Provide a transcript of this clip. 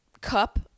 cup